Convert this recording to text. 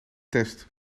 test